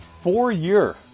Four-year